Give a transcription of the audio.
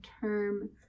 term